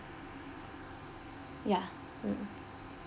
ya mm mm